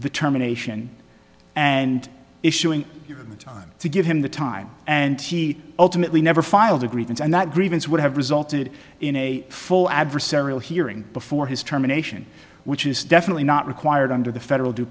determination and issuing time to give him the time and he ultimately never filed a grievance and that grievance would have resulted in a full adversarial hearing before his term a nation which is definitely not required under the federal due